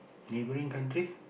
neighbouring countries